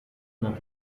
nach